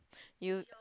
you